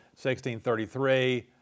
1633